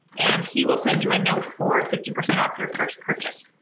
and he will send you a note for fifty percent off your first purchase.